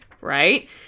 right